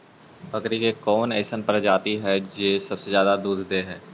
बकरी के कौन अइसन प्रजाति हई जो ज्यादा दूध दे हई?